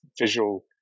visual